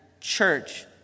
church